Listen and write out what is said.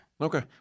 Okay